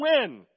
win